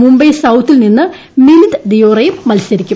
മുംബൈ സൌത്തിൽ നിന്ന് മിലിന്ദ് ദിയോറയും മത്സരിക്കും